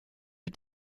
but